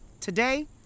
Today